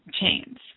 chains